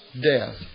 death